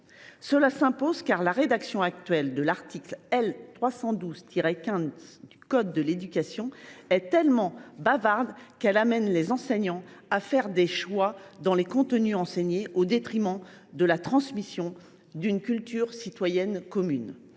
Cela s’impose, car la rédaction actuelle de l’article L. 312 15 du code de l’éducation est tellement bavarde qu’elle amène les enseignants à faire des choix dans les contenus enseignés, au détriment de la transmission d’une culture citoyenne commune.